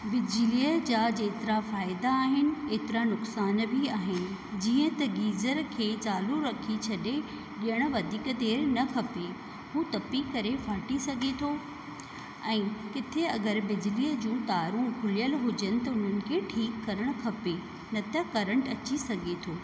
बिजलीअ जा जेतिरा फ़ाइदा आहिनि एतिरा नुक़सान बि आहिनि जीअं त गीजर खे चालू रखी छॾे ॼणु वधीक देरि न खपे हू तपी करे फाटी सघे थो ऐं किथे अगरि बिजलीअ जो तारूं खुलियल हुजनि त उन्हनि खे ठीकु करणु खपे न त करंट अची सघे थो